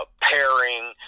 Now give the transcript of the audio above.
pairing